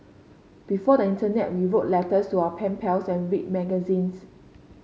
before the internet we wrote letters to our pen pals and read magazines